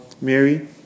Mary